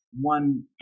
one